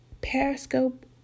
periscope